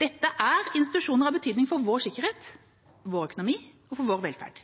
Dette er institusjoner av betydning for vår sikkerhet, vår økonomi og vår velferd.